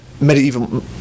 Medieval